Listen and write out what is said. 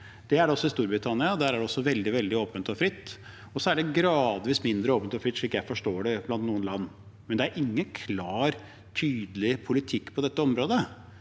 Slik er det også i Storbritannia. Der er det også veldig åpent og fritt. Så er det gradvis mindre åpent og fritt, slik jeg forstår det, blant noen land. Men det er ingen klar, tydelig politikk på dette området,